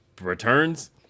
returns